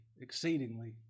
exceedingly